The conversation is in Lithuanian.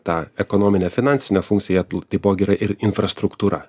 tą ekonominę finansinę funkciją jie taipogi yra ir infrastruktūra